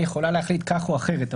יכולה להחליט כך או אחרת.